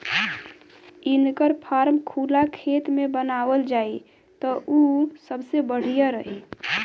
इनकर फार्म खुला खेत में बनावल जाई त उ सबसे बढ़िया रही